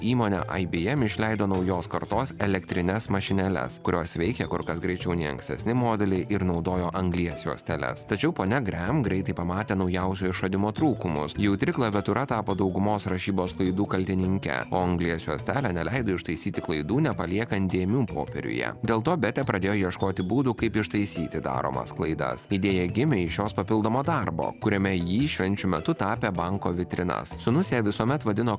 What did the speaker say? įmonė aibyem išleido naujos kartos elektrines mašinėles kurios veikė kur kas greičiau nei ankstesni modeliai ir naudojo anglies juosteles tačiau ponia grem greitai pamatė naujausio išradimo trūkumus jautri klaviatūra tapo daugumos rašybos klaidų kaltininke o anglies juostelė neleido ištaisyti klaidų nepaliekant dėmių popieriuje dėl to betė pradėjo ieškoti būdų kaip ištaisyti daromas klaidas idėja gimė iš jos papildomo darbo kuriame ji švenčių metu tapė banko vitrinas sūnus ją visuomet vadino